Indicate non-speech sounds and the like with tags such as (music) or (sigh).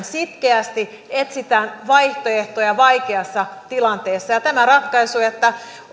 (unintelligible) sitkeästi etsitään vaihtoehtoja vaikeassa tilanteessa tämä ratkaisu että